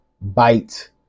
bite